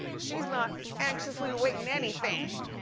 she's, not anxiously awaitin' anything.